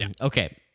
Okay